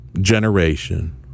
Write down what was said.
generation